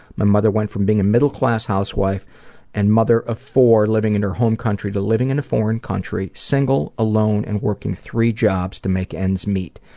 my mother went from being a middle-class housewife and mother of four living in her home country to living in a foreign country, single, alone, and working three jobs to make ends meet.